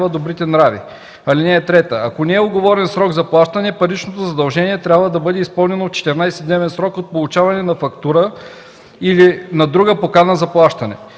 добрите нрави. (3) Ако не е уговорен срок за плащане, паричното задължение трябва да бъде изпълнено в 14-дневен срок от получаване на фактура или на друга покана за плащане.